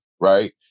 Right